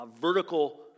vertical